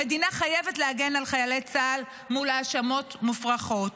המדינה חייבת להגן על חיילי צה"ל מול האשמות מופרכות.